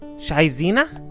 shai zena?